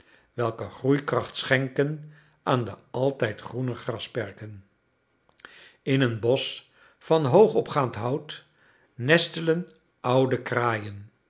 welke groeikracht schenken aan de altijd groene grasperken in een bosch van hoog opgaand hout nestelen oude kraaien